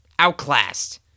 outclassed